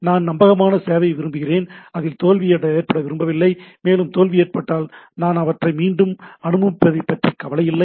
நான் நம்பகமான சேவையை விரும்புகிறேன் அதில் தோல்வி ஏற்பட நான் விரும்பவில்லை மேலும் தோல்வி ஏற்பட்டால் நான் அவற்றை மீண்டும் அனுப்பதைப்பற்றி கவலையில்லை